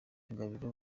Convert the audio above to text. gabiro